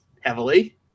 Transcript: heavily